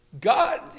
God